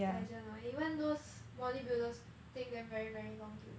legend lor even those bodybuilders take them very very long to